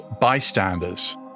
bystanders